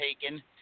taken